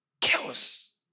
Chaos